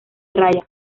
rayas